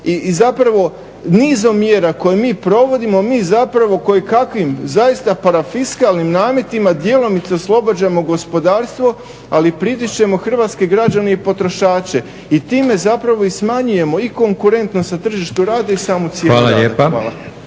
i zapravo nizom mjera koje mi provodimo mi zapravo kojekakvim zaista parafiskalnim nametima djelomice oslobađamo gospodarstvo ali i pritišćemo hrvatske građane i potrošače. I time zapravo i smanjujemo i konkurentnost na tržištu rada i samu cijenu rada. Hvala.